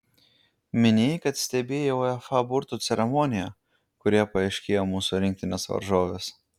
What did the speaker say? minėjai kad stebėjai uefa burtų ceremoniją kurioje paaiškėjo mūsų rinktinės varžovės